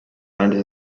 under